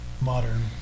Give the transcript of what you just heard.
modern